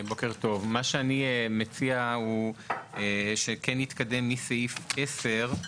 אני מציע שנתקדם מסעיף 10,